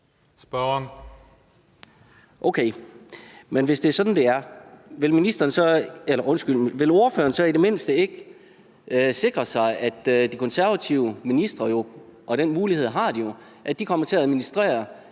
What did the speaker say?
(EL): Men hvis det er sådan, det er, vil ordføreren så ikke i det mindste sikre sig, at de konservative ministre – for den mulighed har de jo – kommer til at administrere